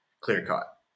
clear-cut